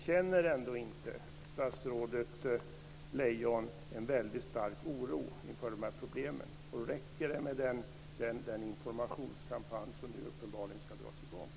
Känner ändå inte statsrådet Lejon en väldigt stark oro inför problemen? Räcker det med den informationskampanj som nu uppenbarligen skall dras i gång?